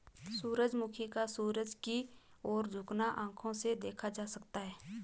सूर्यमुखी का सूर्य की ओर झुकना आंखों से देखा जा सकता है